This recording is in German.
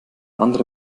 andere